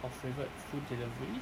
our favourite food delivery